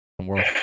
world